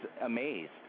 amazed